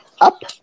up